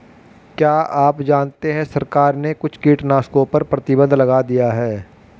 क्या आप जानते है सरकार ने कुछ कीटनाशकों पर प्रतिबंध लगा दिया है?